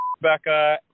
becca